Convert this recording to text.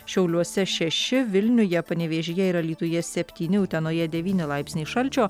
šiauliuose šeši vilniuje panevėžyje ir alytuje septyni utenoje devyni laipsniai šalčio